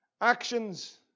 Actions